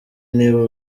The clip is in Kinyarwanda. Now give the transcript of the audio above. niba